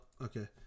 okay